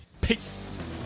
Peace